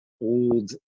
old